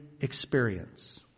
experience